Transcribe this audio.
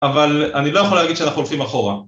‫אבל אני לא יכול להגיד ‫שאנחנו הולכים אחורה.